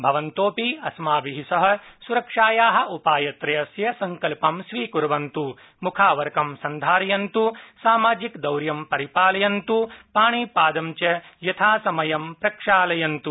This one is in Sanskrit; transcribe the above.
भवन्तोऽपि अस्माभि सह सुरक्षाया उपायत्रयस्य सङ्कल्प स्वीकुर्वन्तु मखावरकं सन्धारयन्त सामाजिकदरता परिपालयन्तु पाणिपाद च यथासमयं प्रक्षालयन्त्